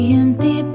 empty